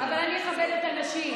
אבל אני אכבד את הנשים,